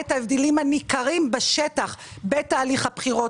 את ההבדלים הניכרים בשטח בתהליך הבחירות.